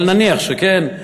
אבל נניח שכן,